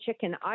chicken